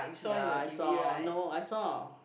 ya I saw no I saw